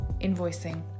invoicing